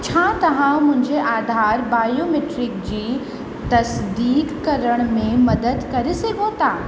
छा तव्हां मुंहिंजे आधार बायोमीट्रिक जी तसदीक करण में मदद करे सघो था